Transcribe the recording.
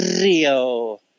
Rio